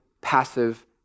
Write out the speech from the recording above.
passive